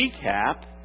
recap